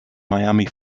miami